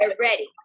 ready